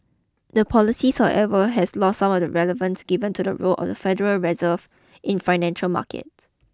the policies however has lost some of the relevance given to the role of the Federal Reserve in financial markets